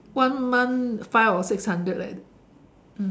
one month five or six hundred like that